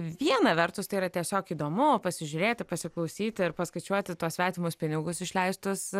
viena vertus tai yra tiesiog įdomu pasižiūrėti pasiklausyti ir paskaičiuoti tuos svetimus pinigus išleistus